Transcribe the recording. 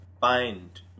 find